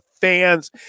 fans